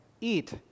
eat